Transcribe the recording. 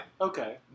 Okay